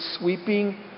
sweeping